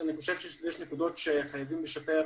חלק גדול